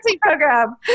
program